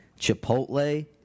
Chipotle